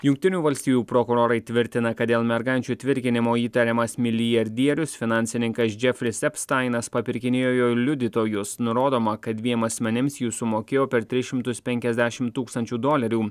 jungtinių valstijų prokurorai tvirtina kad dėl mergaičių tvirkinimo įtariamas milijardierius finansininkas džefris epstainas papirkinėjo liudytojos nurodoma kad dviem asmenims sumokėjo per tris šimtus penkiasdešim tūkstančių dolerių